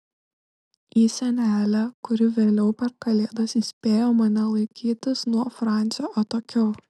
į senelę kuri vėliau per kalėdas įspėjo mane laikytis nuo francio atokiau